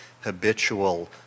habitual